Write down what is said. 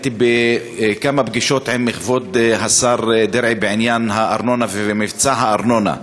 הייתי בכמה פגישות עם כבוד השר דרעי בעניין הארנונה ומבצע הארנונה.